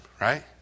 right